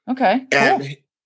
Okay